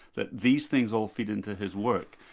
that these things all feed into his work.